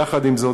יחד עם זאת,